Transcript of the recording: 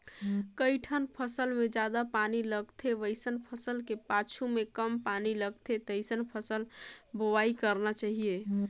कइठन फसल मे जादा पानी लगथे वइसन फसल के पाछू में कम पानी लगथे तइसने फसल बोवाई करना चाहीये